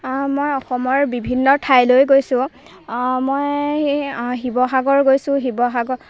মই অসমৰ বিভিন্ন ঠাইলৈ গৈছোঁ মই সেই শিৱসাগৰ গৈছোঁ শিৱসাগৰ